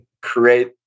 create